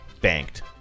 Banked